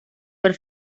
per